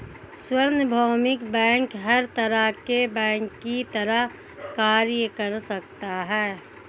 सार्वभौमिक बैंक हर तरह के बैंक की तरह कार्य कर सकता है